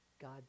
God